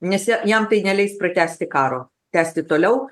nes ja jam tai neleis pratęsti karo tęsti toliau